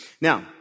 Now